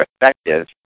effective